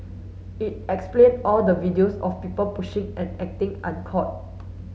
it explain all the videos of people pushing and acting